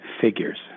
figures